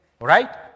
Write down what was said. Right